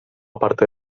parte